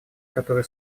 которые